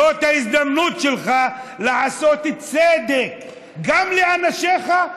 זאת ההזדמנות שלך לעשות צדק גם לאנשיך,